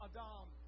Adam